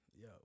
Yo